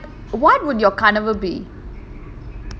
but what would your கனவு:kanavu be